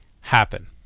happen